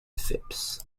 phipps